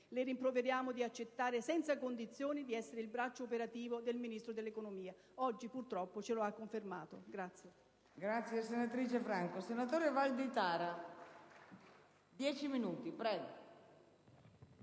Le rimproveriamo di accettare senza condizioni di essere il braccio operativo del Ministro dell'economia. Oggi, purtroppo, ce lo ha confermato.